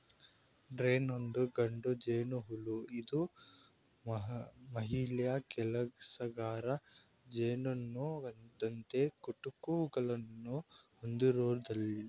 drone ಒಂದು ಗಂಡು ಜೇನುಹುಳು ಇದು ಮಹಿಳಾ ಕೆಲಸಗಾರ ಜೇನುನೊಣದಂತೆ ಕುಟುಕುಗಳನ್ನು ಹೊಂದಿರೋದಿಲ್ಲ